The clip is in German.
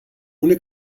ohne